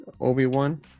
obi-wan